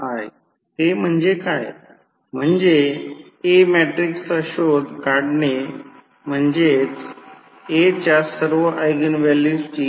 1 तर जे काही मिळेल ते Z म्हणजे Ω किंमत मध्ये 0